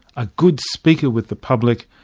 a good speaker with the public,